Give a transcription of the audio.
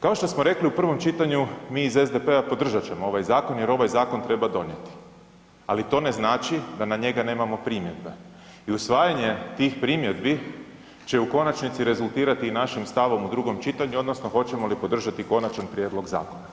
Kao što smo rekli u prvom čitanju, mi iz SDP-a podržat ćemo ovaj zakon jer ovaj zakon treba donijeti, ali to ne znači da na njega nemamo primjedbe i usvajanje tih primjedbi će u konačnici rezultirati i našim stavom u drugom čitanju odnosno hoćemo li podržati konačan prijedlog zakona.